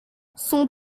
son